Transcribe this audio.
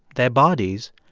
their bodies,